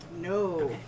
No